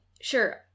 sure